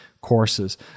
courses